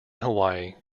hawaii